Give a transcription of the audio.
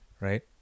right